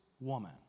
woman